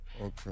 Okay